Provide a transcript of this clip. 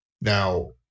Now